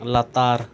ᱞᱟᱛᱟᱨ